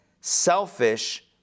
selfish